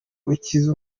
ukize